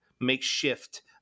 makeshift